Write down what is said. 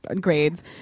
grades